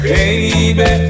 baby